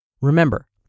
Remember